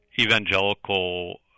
evangelical